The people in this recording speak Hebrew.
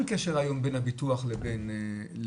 אין קשר היום בין הביטוח לבין המצב,